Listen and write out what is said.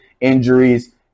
injuries